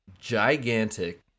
gigantic